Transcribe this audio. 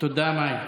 תודה, מאי.